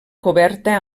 coberta